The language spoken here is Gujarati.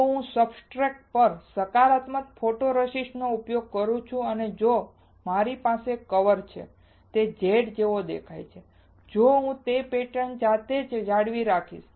જો હું સબસ્ટ્રેટ પર સકારાત્મક ફોટોરેસિસ્ટનો ઉપયોગ કરું છું અને જો મારી પાસે કવર છે જે Z જેવો દેખાય છે તો હું તે જ પેટર્ન જાતે જ જાળવી રાખીશ